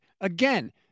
again –